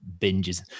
binges